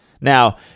Now